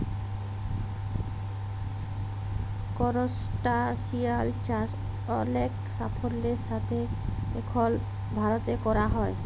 করসটাশিয়াল চাষ অলেক সাফল্যের সাথে এখল ভারতে ক্যরা হ্যয়